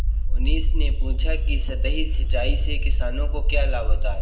मोहनीश ने पूछा कि सतही सिंचाई से किसानों को क्या लाभ होता है?